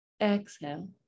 exhale